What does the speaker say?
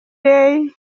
rallye